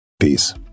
Peace